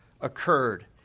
occurred